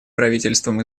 правительством